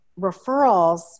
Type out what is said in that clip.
referrals